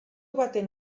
baten